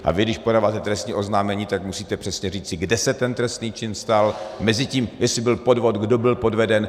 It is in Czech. A vy, když podáváte trestní oznámení, tak musíte přesně říci, kde se ten trestný čin stal, mezitím, jestli byl podvod, kdo byl podveden.